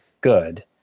good